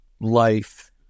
life